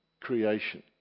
creation